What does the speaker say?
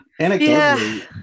Anecdotally